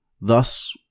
Thus